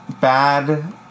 bad